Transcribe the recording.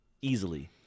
easily